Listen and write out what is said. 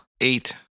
Eight